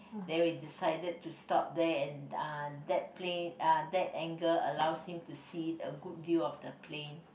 then we decided to stop there and uh that plane uh that angle allows him to see a good view of the plane